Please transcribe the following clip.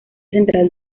central